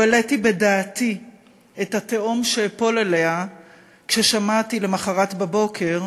לא העליתי בדעתי את התהום שאפול אליה כשאשמע למחרת בבוקר